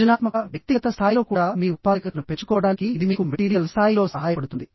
సృజనాత్మక వ్యక్తిగత స్థాయిలో కూడా మీ ఉత్పాదకతను పెంచుకోవడానికి ఇది మీకు మెటీరియల్ స్థాయి లో సహాయపడుతుంది